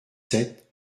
sept